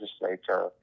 legislature